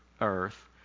earth